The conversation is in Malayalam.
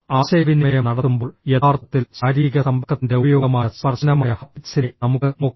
ആശയവിനിമയം നടത്തുമ്പോൾ യഥാർത്ഥത്തിൽ ശാരീരിക സമ്പർക്കത്തിന്റെ ഉപയോഗമായ സ്പർശനമായ ഹാപ്റ്റിക്സിനെ നമുക്ക് നോക്കാം